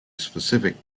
specific